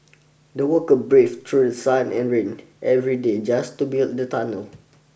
the workers braved through sun and rain every day just to build the tunnel